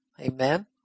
Amen